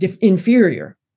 inferior